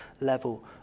level